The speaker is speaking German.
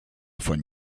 von